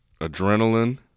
Adrenaline